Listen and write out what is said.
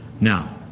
Now